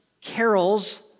carols